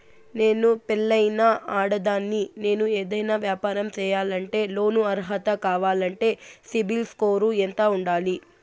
నేను పెళ్ళైన ఆడదాన్ని, నేను ఏదైనా వ్యాపారం సేయాలంటే లోను అర్హత కావాలంటే సిబిల్ స్కోరు ఎంత ఉండాలి?